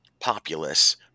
populace